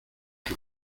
que